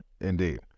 indeed